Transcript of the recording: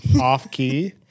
off-key